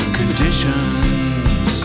conditions